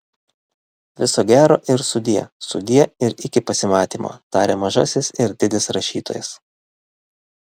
viso gero ir sudie sudie ir iki pasimatymo taria mažasis ir didis rašytojas